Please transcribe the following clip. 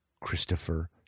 Christopher